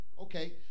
Okay